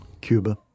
Cuba